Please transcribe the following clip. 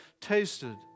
tasted